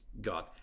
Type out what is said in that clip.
God